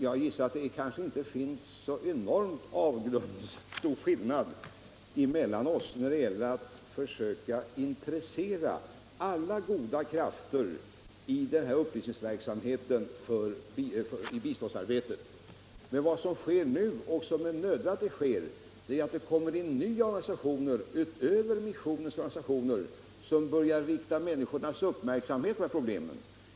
Jag gissar att det inte är någon avgrund som skiljer oss när det gäller att försöka intressera alla goda krafter i upplysningsverksamheten för biståndsarbetet. Men vad som sker nu — och som är nödvändigt — är att nya organisationer, utöver missionens organisationer, börjar rikta människornas uppmärksamhet på dessa problem.